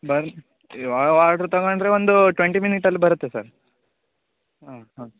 ಬಂದು ಆರ್ಡ್ರು ತೊಗೊಂಡ್ರೆ ಒಂದು ಟ್ವೆಂಟಿ ಮಿನಿಟ್ಟಲ್ಲಿ ಬರುತ್ತೆ ಸರ್ ಹ್ಞೂ ಹಾಂ